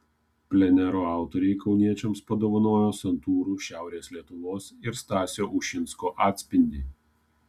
plenero autoriai kauniečiams padovanojo santūrų šiaurės lietuvos ir stasio ušinsko atspindį